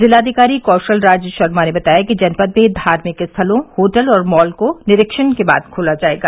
जिलाधिकारी कौशल राज शर्मा ने बताया कि जनपद में धार्मिक स्थलों होटल और मॉल को निरीक्षण के बाद खोला जाएगा